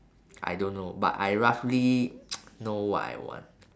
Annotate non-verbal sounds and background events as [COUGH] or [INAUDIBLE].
I don't know but I roughly [NOISE] know what I want